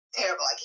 terrible